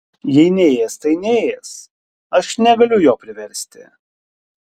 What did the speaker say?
jei neės tai neės aš negaliu jo priversti